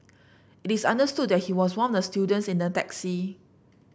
it is understood that he was one of the students in the taxi